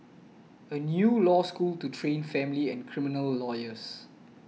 a new law school to train family and criminal lawyers